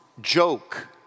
joke